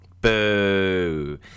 boo